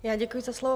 Já děkuji za slovo.